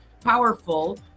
powerful